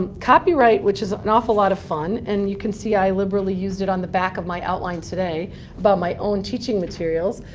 um copyright, which is an awful lot of fun, and you can see i liberally used it on the back of my outline today by my own teaching materials.